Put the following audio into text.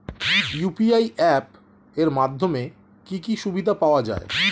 UPI app এর মাধ্যমে কি কি সুবিধা পাওয়া যায়?